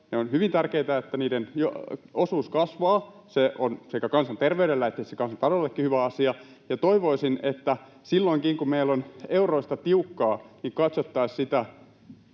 On hyvin tärkeätä, että niiden osuus kasvaa. Se on sekä kansanterveydelle että tietysti kansantaloudellekin hyvä asia, ja toivoisin, että silloinkin, kun meillä on euroista tiukkaa, katsottaisiin sitä